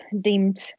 deemed